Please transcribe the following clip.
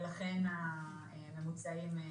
ולכן הממוצעים היא